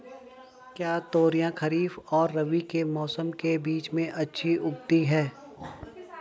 क्या तोरियां खरीफ और रबी के मौसम के बीच में अच्छी उगती हैं?